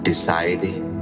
Deciding